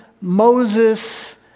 Moses